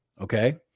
okay